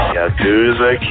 Yakuza